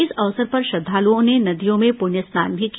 इस अवसर पर श्रद्धालुओं ने नदियों में पृण्य स्नान भी किया